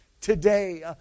Today